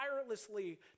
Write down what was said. tirelessly